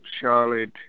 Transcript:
Charlotte